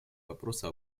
вопроса